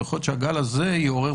ויכול להיות שהגל הזה יעורר,